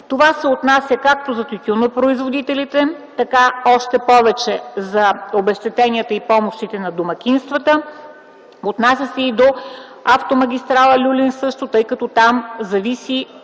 Това се отнася както за тютюнопроизводителите, още повече за обезщетенията и помощите на домакинствата, отнася се и за автомагистрала „Люлин”, тъй като там зависи